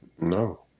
no